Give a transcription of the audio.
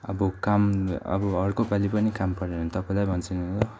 अब काम अब अर्को पालि पनि काम पऱ्यो भने तपाईँलाई भन्छु म ल